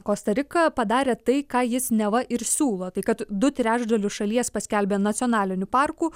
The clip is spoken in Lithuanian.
kosta rika padarė tai ką jis neva ir siūlo tai kad du trečdalius šalies paskelbė nacionaliniu parku